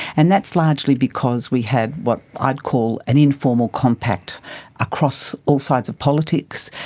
and that's largely because we had what i'd call an informal compact across all sides of politics,